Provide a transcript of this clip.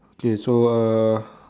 okay so uh